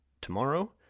tomorrow